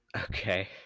Okay